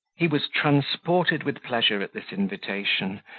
he was transported with pleasure at this invitation,